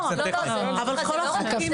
לא, זה לא רק זה.